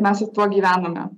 mes su tuo gyvename